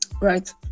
Right